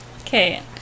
Okay